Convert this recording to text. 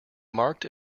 marked